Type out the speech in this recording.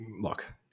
look